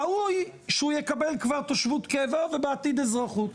ראוי שיקבל כבר תושבות קבע ובעתיד אזרחות,